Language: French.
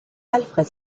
alfred